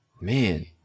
Man